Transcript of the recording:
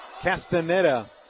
Castaneda